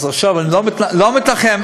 אבל אני לא מתנחם,